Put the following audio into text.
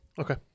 Okay